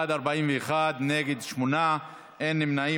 בעד, 41, נגד, שמונה, אין נמנעים.